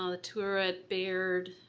um the tour at baird.